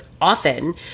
often